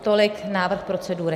Tolik návrh procedury.